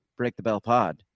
BreakTheBellPod